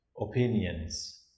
Opinions